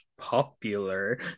popular